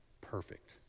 perfect